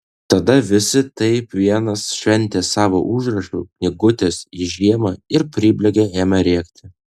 tada visi kaip vienas šveitė savo užrašų knygutes į žemę ir pribėgę ėmė rėkti